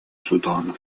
судан